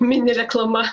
mini reklama